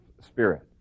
spirit